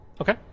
Okay